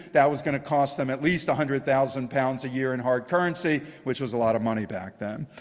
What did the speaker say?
that was going to cost them at least one hundred thousand pounds a year in hard currency, which was a lot of money back then.